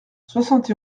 soixante